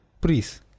Please